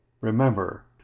Remember